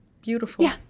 Beautiful